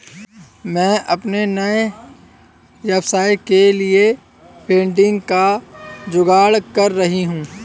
मैं अपने नए व्यवसाय के लिए फंडिंग का जुगाड़ कर रही हूं